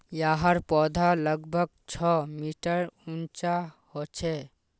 याहर पौधा लगभग छः मीटर उंचा होचे